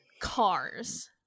cars